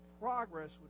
Progress